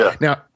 Now